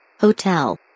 Hotel